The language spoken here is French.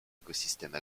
écosystèmes